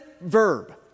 verb